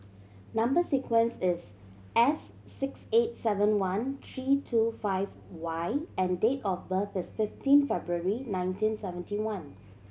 number sequence is S six eight seven one three two five Y and date of birth is fifteen February nineteen seventy one